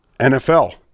NFL